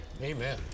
Amen